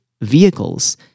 vehicles